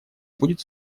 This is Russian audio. будет